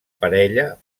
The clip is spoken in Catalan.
parella